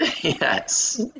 yes